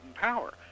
power